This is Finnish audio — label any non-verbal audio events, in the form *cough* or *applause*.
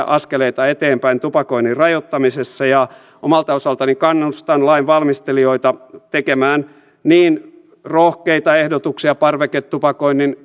*unintelligible* askeleita eteenpäin tupakoinnin rajoittamisessa omalta osaltani kannustan lain valmistelijoita tekemään niin rohkeita ehdotuksia parveketupakoinnin *unintelligible*